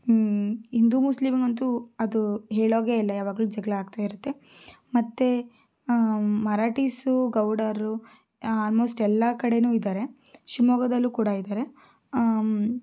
ಹಿಂದೂ ಮುಸ್ಲಿಮ್ಗಂತೂ ಅದು ಹೇಳೋಗೆ ಇಲ್ಲ ಯಾವಾಗಲೂ ಜಗಳ ಆಗ್ತಾ ಇರತ್ತೆ ಮತ್ತೆ ಮರಾಠಿಸು ಗೌಡರು ಆಲ್ಮೋಸ್ಟ್ ಎಲ್ಲ ಕಡೆಯೂ ಇದ್ದಾರೆ ಶಿವಮೊಗ್ಗದಲ್ಲೂ ಕೂಡ ಇದ್ದಾರೆ